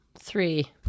three